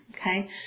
okay